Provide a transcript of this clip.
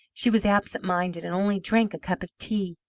she was absent-minded, and only drank a cup of tea.